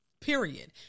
period